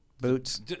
Boots